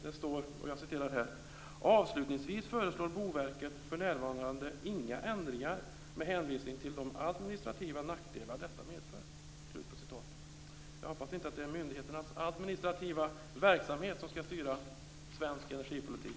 Det står: Avslutningsvis föreslår Boverket för närvarande inga ändringar med hänvisning till de administrativa nackdelar detta medför. Jag hoppas att det inte är myndigheternas administrativa verksamhet som skall styra svensk energipolitik.